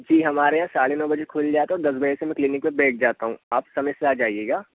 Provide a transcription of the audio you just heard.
जी हमारे यहाँ साढ़े नौ बजे खुल जाता है और दस बजे से मैं क्लिनिक मे बैठ जाता हूँ आप समय से आ जाइएगा